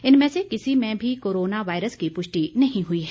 इनमें से किसी में भी कोरोना वायरस की पुष्टि नहीं हुई है